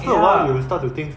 ya